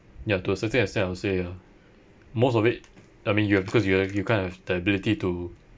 ya to a certain extent I would say ya most of it I mean you've because you you kind of have the ability to